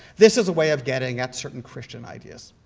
this is a way of getting at certain christian ideas.